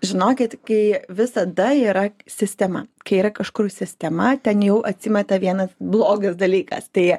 žinokit kai visada yra sistema kai yra kažkur sistema ten jau atsimeta vienas blogas dalykas tai